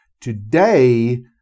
Today